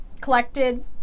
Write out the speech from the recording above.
collected